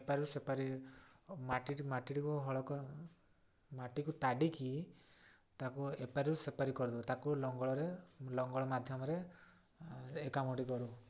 ଏପାରୁ ସେପାରି ମାଟି ମାଟିକୁ ମାଟିକୁ ତାଡ଼ିକି ତାକୁ ଏପାରିବୁ ସେପାରି କରୁ ତାକୁ ଲଙ୍ଗଳରେ ଲଙ୍ଗଳ ମାଧ୍ୟମରେ ଏ କାମଟି କରୁ